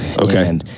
Okay